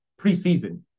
preseason